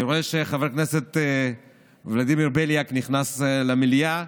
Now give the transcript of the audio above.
אני רואה שחבר הכנסת ולדימיר בליאק נכנס למליאה.